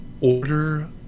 order